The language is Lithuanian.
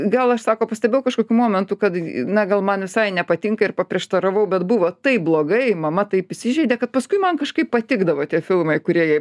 gal aš sako pastebėjau kažkokiu momentu kad na gal man visai nepatinka ir paprieštaravau bet buvo taip blogai mama taip įsižeidė kad paskui man kažkaip patikdavo tie filmai kurie jai